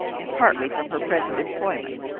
and partly from her present employment,